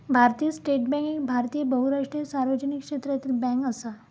भारतीय state bank एक भारतीय बहुराष्ट्रीय सार्वजनिक क्षेत्रातली बॅन्क असा